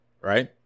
right